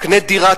קנה דירה,